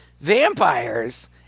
vampires